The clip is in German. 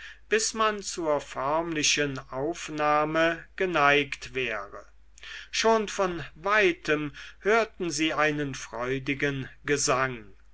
bis man zur förmlichen aufnahme geneigt wäre schon von weitem hörten sie einen freudigen gesang